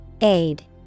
Aid